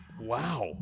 Wow